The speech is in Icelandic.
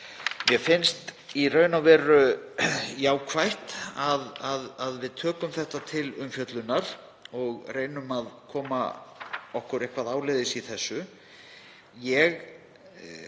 Mér finnst í raun og veru jákvætt að við tökum þetta til umfjöllunar og reynum að koma okkur eitthvað áleiðis í þessu. Ég